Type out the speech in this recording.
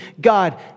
god